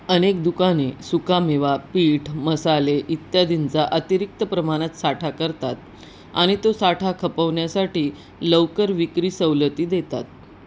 अनेक दुकाने सुकामेवा पीठ मसाले इत्यादींचा अतिरिक्त प्रमाणात साठा करतात आणि तो साठा खपवण्यासाठी लवकर विक्री सवलती देतात